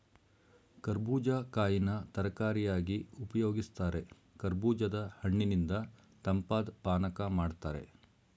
ಕರ್ಬೂಜ ಕಾಯಿನ ತರಕಾರಿಯಾಗಿ ಉಪಯೋಗಿಸ್ತಾರೆ ಕರ್ಬೂಜದ ಹಣ್ಣಿನಿಂದ ತಂಪಾದ್ ಪಾನಕ ಮಾಡ್ತಾರೆ